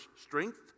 strength